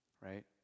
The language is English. right